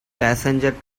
passenger